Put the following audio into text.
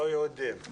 לא יהודים.